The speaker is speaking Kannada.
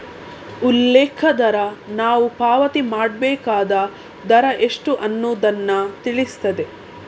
ಉಲ್ಲೇಖ ದರ ನಾವು ಪಾವತಿ ಮಾಡ್ಬೇಕಾದ ದರ ಎಷ್ಟು ಅನ್ನುದನ್ನ ತಿಳಿಸ್ತದೆ